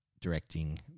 directing